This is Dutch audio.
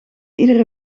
iedere